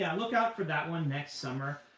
yeah look out for that one next summer.